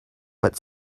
but